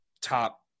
top